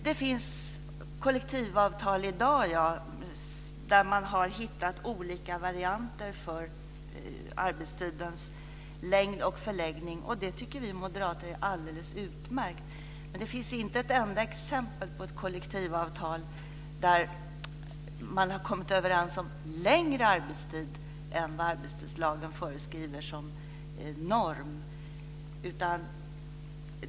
Det finns i dag kollektivavtal där man har hittat olika varianter för arbetstidens längd och förläggning, och det tycker vi moderater är alldeles utmärkt. Men det finns inte ett enda exempel på ett kollektivavtal där man har kommit överens om längre arbetstid än vad arbetstidslagen föreskriver som norm.